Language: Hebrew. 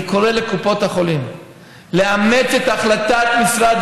אני קורא לקופות החולים לאמץ את החלטת משרד